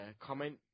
comment